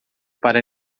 para